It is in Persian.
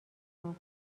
خوام